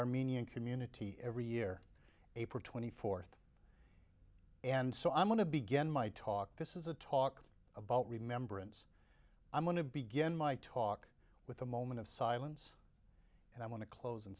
armenian community every year april twenty fourth and so i'm going to begin my talk this is a talk about remembrance i'm going to begin my talk with a moment of silence and i want to clos